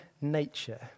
nature